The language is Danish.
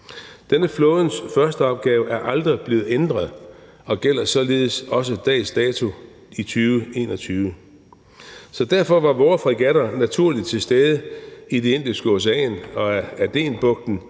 Denne flådens førsteopgave er aldrig blevet ændret og gælder således også dags dato i 2021. Derfor var vores fregatter naturligt til stede i Det Indiske Ocean og Adenbugten,